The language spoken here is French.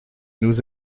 nous